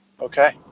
Okay